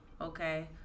Okay